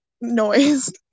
noise